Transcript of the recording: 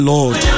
Lord